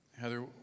Heather